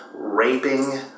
raping